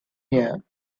here